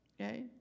Okay